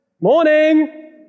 Morning